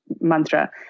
mantra